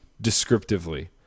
descriptively